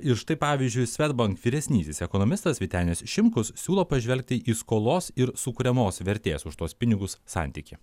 ir štai pavyzdžiui swedbank vyresnysis ekonomistas vytenis šimkus siūlo pažvelgti į skolos ir sukuriamos vertės už tuos pinigus santykį